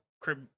crib